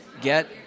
get